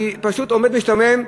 אני פשוט עומד משתומם.